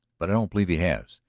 but i don't believe he has.